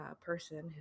person